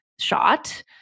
shot